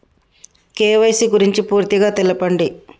KYC గురించి పూర్తిగా తెలపండి?